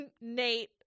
Nate